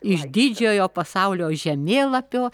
iš didžiojo pasaulio žemėlapio